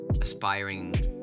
aspiring